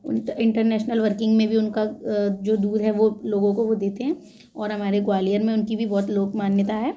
international working में भी उनका जो दूध है वो लोगो को वो देते हैं और हमारे ग्वालियर में उनकी भी बहुत लोक मान्यता है